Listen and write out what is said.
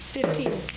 Fifteen